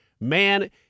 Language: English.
man